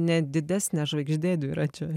net didesnė žvaigždė dviračio